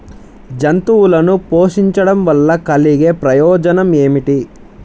జంతువులను పోషించడం వల్ల కలిగే ప్రయోజనం ఏమిటీ?